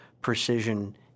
precision